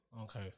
Okay